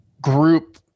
group